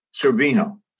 Servino